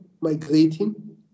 migrating